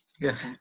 Yes